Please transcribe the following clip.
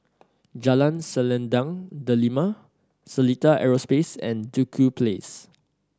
Jalan Selendang Delima Seletar Aerospace and Duku Place